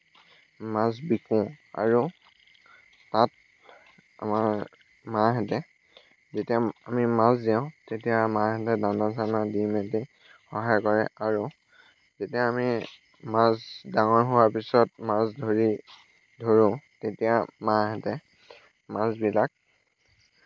মাছ বিকোঁ আৰু তাত আমাৰ মাহঁতে যেতিয়া আমি মাছ জীয়াও তেতিয়া মাহঁতে দান চানা দি মেলি সহায় কৰে আৰু যেতিয়া আমি মাছ ডাঙৰ হোৱাৰ পিছত মাছ ধৰি ধৰোঁ তেতিয়া মাহঁতে মাছবিলাক